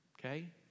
Okay